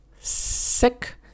sick